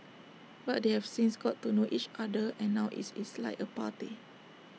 but they have since got to know each other and now it's is like A party